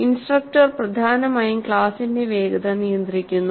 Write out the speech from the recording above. instructor പ്രധാനമായും ക്ലാസിന്റെ വേഗത നിയന്ത്രിക്കുന്നു